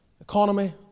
economy